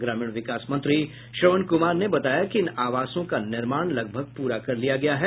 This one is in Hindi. ग्रामीण विकास मंत्री श्रवण कुमार ने बताया कि इन आवासों का निर्माण लगभग पूरा कर लिया गया है